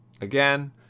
again